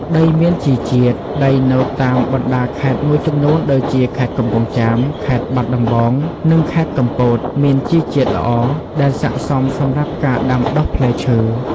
ដីមានជីជាតិ ដីនៅតាមបណ្តាខេត្តមួយចំនួនដូចជា ខេត្តកំពង់ចាម ខេត្តបាត់ដំបង និងខេត្តកំពត មានជីជាតិល្អ ដែលស័ក្តិសមសម្រាប់ការដាំដុះផ្លែឈើ។